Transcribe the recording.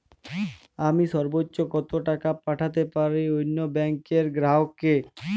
আমি সর্বোচ্চ কতো টাকা পাঠাতে পারি অন্য ব্যাংক র গ্রাহক কে?